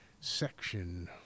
section